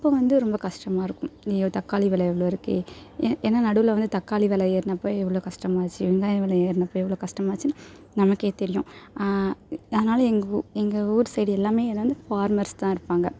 அப்போ வந்து ரொம்ப கஷ்டமாக இருக்கும் ஐயய்யோ தக்காளி வில இவ்வளோ இருக்கே ஏ ஏன்னா நடுவில் வந்து தக்காளி வில ஏறுனப்ப எவ்வளோ கஷ்டமாக ஆச்சு வெங்காய வில ஏறுனப்போ எவ்வளோ கஷ்டமாக ஆச்சின்னு நமக்கே தெரியும் அதனால் எங்கள் உ எங்கள் ஊர் சைட் எல்லாமே என்ன வந்து ஃபார்மர்ஸ் தான் இருப்பாங்கள்